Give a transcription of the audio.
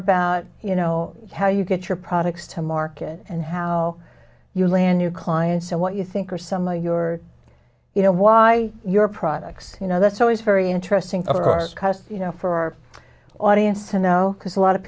about you know how you get your products to market and how you land your clients and what you think are some of your you know why your products you know that's always very interesting of course you know for our audience to know because a lot of